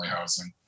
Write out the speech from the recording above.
housing